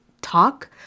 talk